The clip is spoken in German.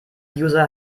user